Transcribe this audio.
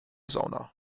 sauna